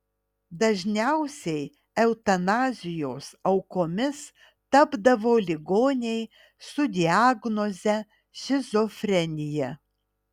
dažniausiai eutanazijos aukomis tapdavo ligoniai su diagnoze šizofrenija